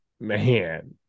Man